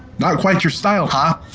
not quite your style huh?